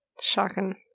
Shocking